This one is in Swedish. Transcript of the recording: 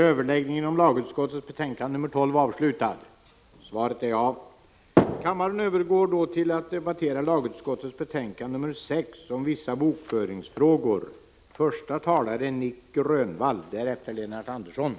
Beträffande lagutskottets betänkande 7 är ingen talare anmäld. Vi övergår alltså till att fatta beslut i de nu föreliggande ärendena.